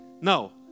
No